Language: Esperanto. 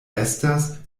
estas